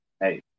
hey